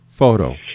Photo